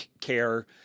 care